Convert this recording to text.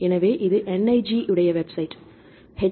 எனவே இது NIG உடைய வெப்சைட் httpswww